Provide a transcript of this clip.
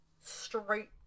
straight